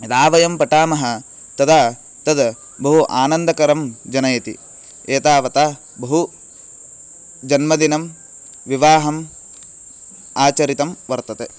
यदा वयं पठामः तदा तद् बहु आनन्दकरं जनयति एतावता बहु जन्मदिनं विवाहम् आचरितं वर्तते